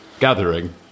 gathering